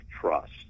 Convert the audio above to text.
trust